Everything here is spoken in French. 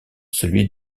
celui